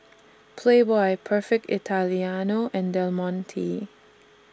Playboy Perfect Italiano and Del Monte